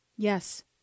Yes